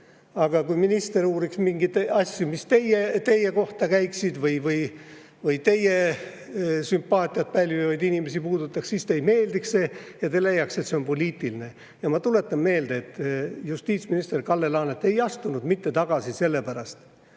aga kui minister uuriks mingeid asju, mis teie kohta käiksid või teie sümpaatiat pälvivaid inimesi puudutaks, siis teile ei meeldiks see ja te leiaks, et see on poliitiline. Ma tuletan meelde, et justiitsminister Kalle Laanet ei astunud tagasi mitte sellepärast,